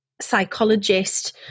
psychologist